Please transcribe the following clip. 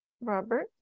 Robert